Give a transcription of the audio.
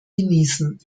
genießen